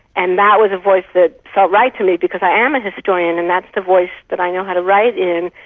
and that was a voice that felt right to me because i am a historian and that's the voice that i know how to write in,